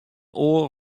oar